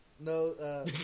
No